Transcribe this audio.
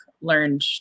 learned